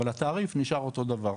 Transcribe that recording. אבל התעריף נשאר אותו דבר,